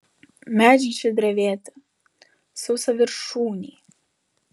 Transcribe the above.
medžiai čia drevėti sausaviršūniai